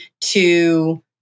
to-